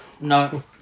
no